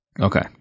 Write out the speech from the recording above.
Okay